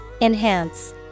Enhance